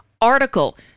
article